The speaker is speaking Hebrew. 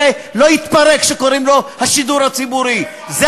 שקוראים לו "השידור הציבורי" לא יתפרק.